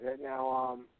Now